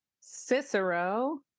cicero